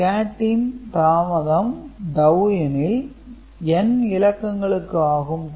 ஒரு கேட்டின் தாமதம் டவூ எனில் n இலக்கங்களுக்கு ஆகும்